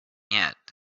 yet